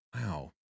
Wow